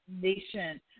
Nation